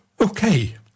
Okay